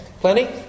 plenty